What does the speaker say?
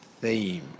theme